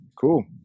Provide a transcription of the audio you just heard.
cool